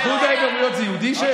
באיחוד האמירויות זה יהודי?